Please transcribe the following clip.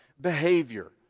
behavior